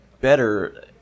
better